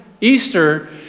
Easter